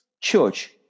church